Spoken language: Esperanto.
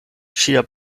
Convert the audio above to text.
ŝia